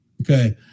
Okay